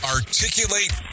Articulate